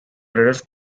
british